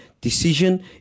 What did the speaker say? decision